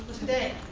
today.